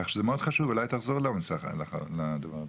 כך שזה מאוד חשוב, אולי תחזור לדבר הזה.